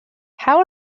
how